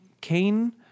Cain